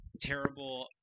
terrible